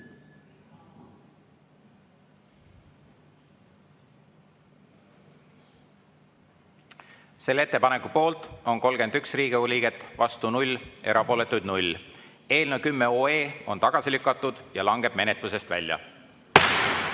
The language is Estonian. Selle ettepaneku poolt on 31 Riigikogu liiget, vastu 0, erapooletuid 0. Eelnõu 10 on tagasi lükatud ja langeb menetlusest välja.